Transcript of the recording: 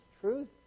truth